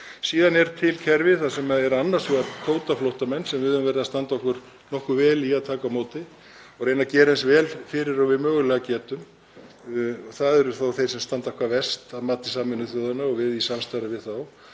Síðan er til kerfi þar sem eru annars vegar kvótaflóttamenn sem við höfum verið að standa okkur nokkuð vel í að taka á móti og reyna að gera eins vel fyrir og við mögulega getum. Það eru þeir sem standa hvað verst að mati Sameinuðu þjóðanna og við í samstarfi við